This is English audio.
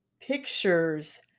pictures